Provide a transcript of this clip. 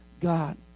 God